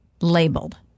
labeled